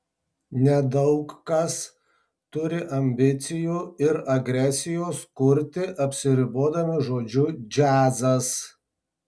nedaug kas turi ambicijų ir agresijos kurti apsiribodami žodžiu džiazas